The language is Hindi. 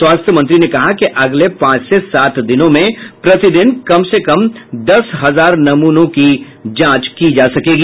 स्वास्थ्य मंत्री ने कहा कि अगले पांच से सात दिनों में प्रतिदिन कम से कम दस हजार नमूनों की जांच होगी